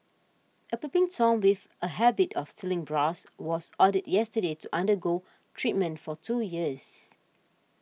a peeping tom with a habit of stealing bras was ordered yesterday to undergo treatment for two years